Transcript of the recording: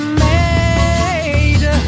made